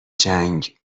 جنگ